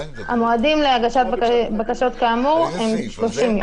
המועדים להגשת בקשות כאמור הם 30 יום,